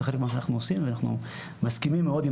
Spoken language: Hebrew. זה חלק ממה שאנחנו עושים ואנחנו מסכימים מאוד עם